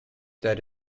that